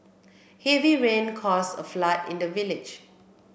heavy rain caused a flood in the village